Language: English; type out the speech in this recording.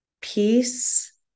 Peace